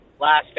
last